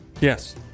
Yes